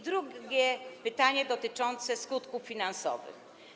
Drugie pytanie dotyczy skutków finansowych.